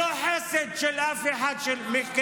זה לא חסד של אף אחד מכם,